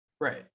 Right